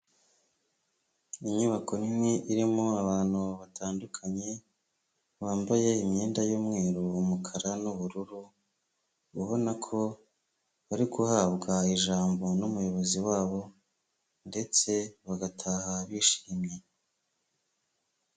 Inyubako nini irimo abantu batandukanye bambaye imyenda y'umweru, umukara n'ubururu, urabona ko bari guhabwa ijambo n'umuyobozi wabo ndetse bagataha bishimye.